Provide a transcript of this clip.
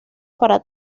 para